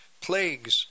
plagues